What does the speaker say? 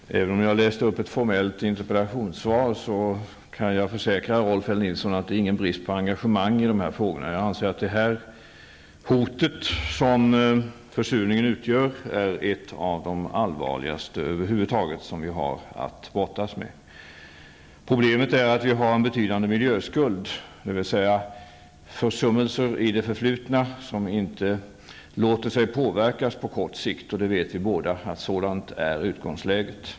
Fru talman! Även om jag läste upp ett formellt interpellationssvar kan jag försäkra Rolf L Nilson att det inte är någon brist på engagemang i de här frågorna. Jag anser att det hot som försurningen utgör är ett av de allvarligaste som vi har att brottas med. Problemet är att vi har en betydande miljöskuld, dvs. vi har försummelser i det förflutna som inte låter sig påverkas på kort sikt. Vi vet båda att utgångsläget är sådant.